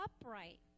upright